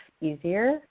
easier